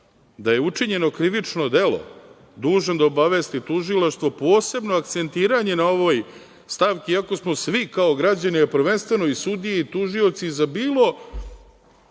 da je učinjeno krivično delo, dužan da obavesti tužilaštvo. Posebno akcentiranje na ovoj stavki, iako smo svi kao građani prvenstveno i sudije i tužioci za bilo